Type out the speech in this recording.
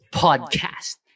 podcast